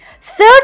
Third